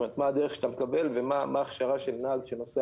זאת אומרת מה הדרך שאתה מקבל ומה ההכשרה של נהג שנוסע